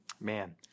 Man